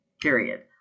Period